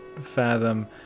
fathom